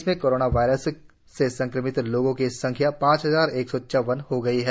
देश में corona virus से संक्रमित लोगों की संख्या चार हजार सात सौ नवासी हो गई है